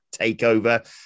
TakeOver